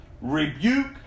rebuke